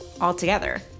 altogether